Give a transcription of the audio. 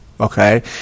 Okay